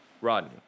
Rodney